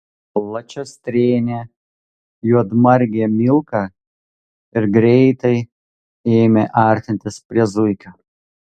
plačiastrėnė juodmargė milka ir greitai ėmė artintis prie zuikio